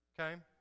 Okay